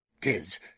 tis